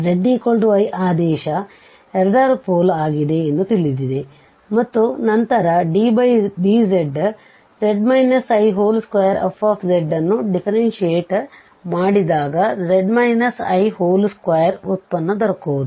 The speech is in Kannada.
z i ಆದೇಶ 2 ರ ಪೋಲ್ ಆಗಿದೆ ಎಂದು ತಿಳಿದಿದೆ ಮತ್ತು ನಂತರ ddz z i2fzನ್ನು ದಿಫ್ಫೆರೆಂಶಿಯಟ್ಮಾಡಿದಾಗ z i2 ವ್ಯುತ್ಪನ್ನ ದೊರಕುವುದು